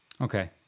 Okay